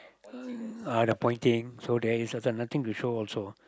uh the pointing so there is like nothing to show also